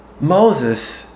Moses